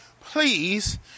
please